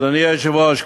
אדוני היושב-ראש,